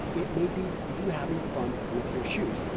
it may be you having fun with your shoes.